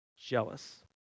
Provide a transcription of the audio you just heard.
Jealous